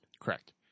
Correct